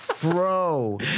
Bro